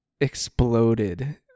exploded